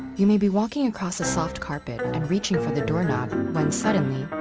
you may be walking across a soft carpet and reaching for the door knob when suddenly.